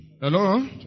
Hello